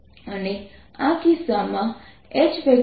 તેથી આપણી પાસે સિલિન્ડર છે